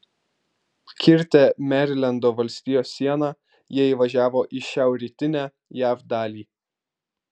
kirtę merilendo valstijos sieną jie įvažiavo į šiaurrytinę jav dalį